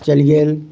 चलि गेल